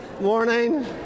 Morning